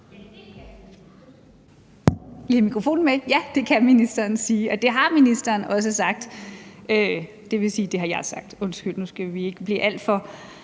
(Joy Mogensen): Ja, det kan ministeren sige, og det har ministeren også sagt. Det vil sige, at det har jeg sagt, undskyld, nu skal vi ikke blive alt for